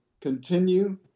continue